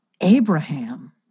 Abraham